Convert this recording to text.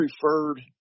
preferred